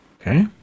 Okay